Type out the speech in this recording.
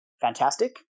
fantastic